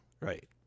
right